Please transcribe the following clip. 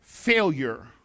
failure